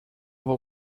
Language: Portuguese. vou